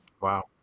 Wow